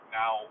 now